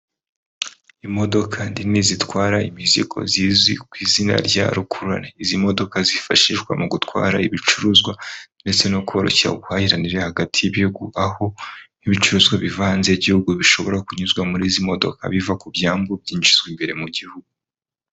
Imodoka nini zitwara imizigo zizwi ku izina rya rukururane izi modoka zifashishwa mu gutwara ibicuruzwa ndetse no koroshya ubuhahirane hagati y'ibihugu aho n'ibicuruzwa biva hanze y'igihugu bishobora kunyuzwa muri izi modoka biva ku byambu byinjizwa imbere mu gihugu.